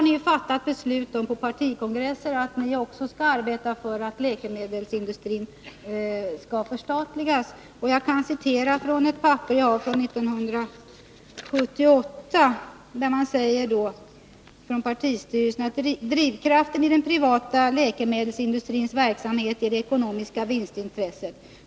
Ni har ju på partikongresser fattat beslut om att också ni skall arbeta för att läkemedelsindustrin skall förstatligas. Enligt ett papper 163 från 1978 säger den socialdemokratiska partistyrelsen att drivkraften i den privata läkemedelsindustrins verksamhet är det ekonomiska vinstintresset.